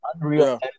Unreal